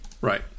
Right